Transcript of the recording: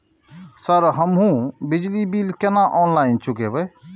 Sir हमू बिजली bill केना ऑनलाईन चुकेबे?